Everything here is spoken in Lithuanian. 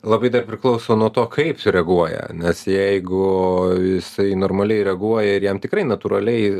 labai dar priklauso nuo to kaip sureaguoja nes jeigu jisai normaliai reaguoja ir jam tikrai natūraliai